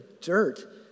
dirt